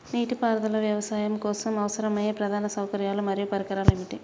నీటిపారుదల వ్యవసాయం కోసం అవసరమయ్యే ప్రధాన సౌకర్యాలు మరియు పరికరాలు ఏమిటి?